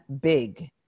big